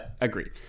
agree